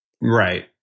right